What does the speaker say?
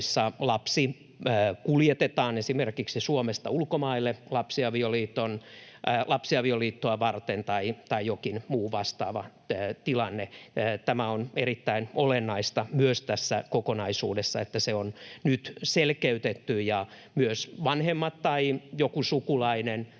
joissa lapsi kuljetetaan esimerkiksi Suomesta ulkomaille lapsiavioliittoa varten, tai jostain muusta vastaavasta tilanteesta. On erittäin olennaista myös tässä kokonaisuudessa, että tätä on nyt selkeytetty ja myös vanhemmat tai joku sukulainen